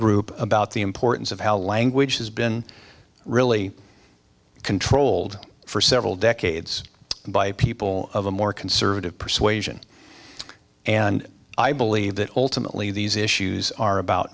group about the importance of how language has been really controlled for several decades by people of a more conservative persuasion and i believe that ultimately these issues are about